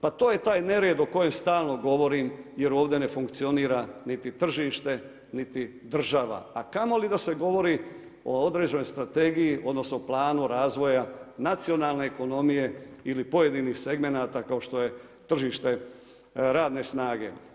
Pa to je taj nered o kojem stalno govorim jer ovdje ne funkcionira niti tržište niti država, a kamoli da se govori o određenoj strategiji odnosno planu razvoja nacionalne ekonomije ili pojedinih segmenata kao što je tržište radne snage.